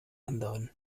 anderen